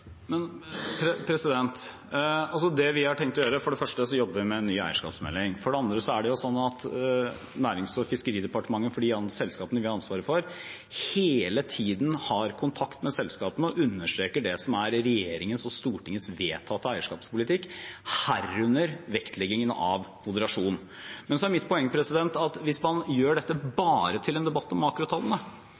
Det vi har tenkt å gjøre, er for det første at vi jobber med en ny eierskapsmelding. For det andre er det slik at Nærings- og fiskeridepartementet hele tiden har kontakt med selskapene vi har ansvaret for, og understreker det som er regjeringens og Stortingets vedtatte eierskapspolitikk, herunder vektleggingen av moderasjon. Men mitt poeng er at hvis man gjør dette bare til en debatt om makrotallene,